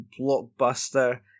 blockbuster